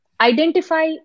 identify